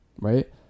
right